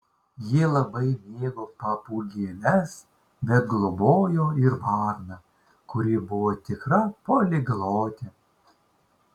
ji labai mėgo papūgėles bet globojo ir varną kuri buvo tikra poliglotė